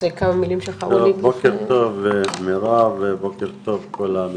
בוקר טוב לכולם,